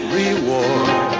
reward